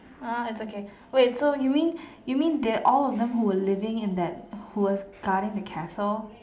ah it's okay wait so you mean you mean they all of them who we living in that who was guarding the castle